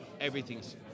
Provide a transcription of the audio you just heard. everything's